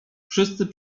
wszyscy